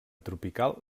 tropical